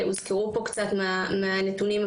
הוזכרו פה קצת מהנתונים,